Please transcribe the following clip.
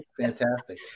fantastic